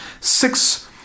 six